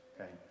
okay